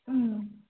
ಹ್ಞೂ